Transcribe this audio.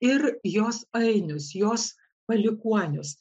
ir jos ainius jos palikuonius